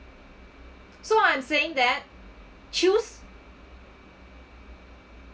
so I'm saying that choose